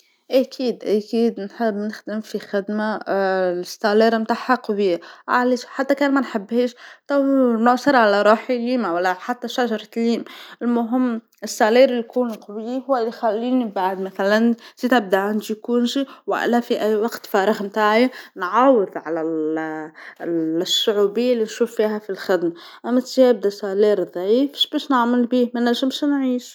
أكيد أكيد نحب نخدم في خدمه الأجرة تاعها قوي، علاش، حتى كان ما نحبهاش تو نعصر على روحي ليمه ولا حتى شجرة الليم، المهم الأجرة اللي يكون قوي هو اللي يخليني بعد مثلا إجازة ولا في أي وقت فراغ متاعي نعوض على الصعوبه اللي نشوف فيها في الخدمه، أما أجرة ضعيف ش باش نعمل بيه، ما نجمش نعيش.